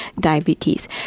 diabetes